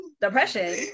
depression